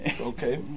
Okay